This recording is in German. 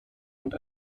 und